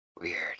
Weird